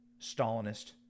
Stalinist